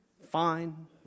Fine